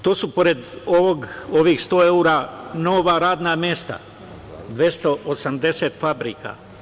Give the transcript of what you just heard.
To su pored ovih 100 evra nova radna mesta, 280 fabrika.